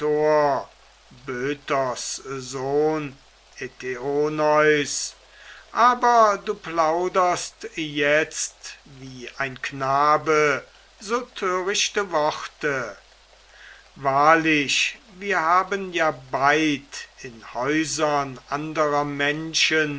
aber du plauderst jetzt wie ein knabe so törichte worte wahrlich wir haben ja beid in häusern anderer menschen